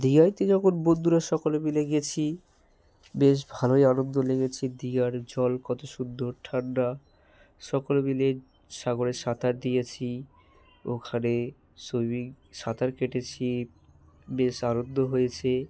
দীঘাইতে যখন বন্ধুরা সকলে মিলে গেছি বেশ ভালোই আনন্দ লেগেছে দীঘার জল কত সুন্দর ঠান্ডা সকলে মিলে সাগরে সাঁতার দিয়েছি ওখানে সুইমিং সাঁতার কেটেছি বেশ আনন্দ হয়েছে